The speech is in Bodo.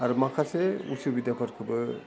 आरो माखासे उसुबिदाफोरखौबो